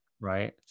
right